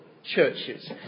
Churches